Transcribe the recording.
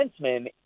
defenseman